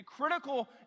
critical